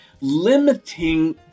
limiting